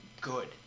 good